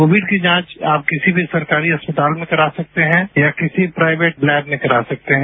Covid की जांच आप किसी भी सरकारी अस्पताल में करा सकते हैं या किसी प्राइवेट लैब में करा सकते हैं